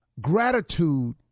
Gratitude